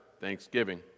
thanksgiving